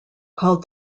called